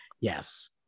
Yes